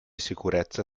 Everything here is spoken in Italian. sicurezza